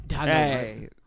Hey